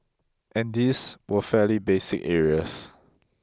and these were fairly basic areas